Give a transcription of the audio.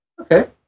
okay